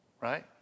right